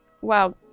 wow